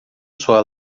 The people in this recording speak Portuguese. sua